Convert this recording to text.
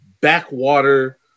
backwater